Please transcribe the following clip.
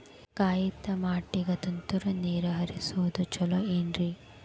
ಕಾಯಿತಮಾಟಿಗ ತುಂತುರ್ ನೇರ್ ಹರಿಸೋದು ಛಲೋ ಏನ್ರಿ?